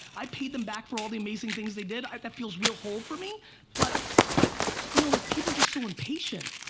i paid them back for all the amazing things they did. i, that feels real whole for me but but you know like people are just so impatient.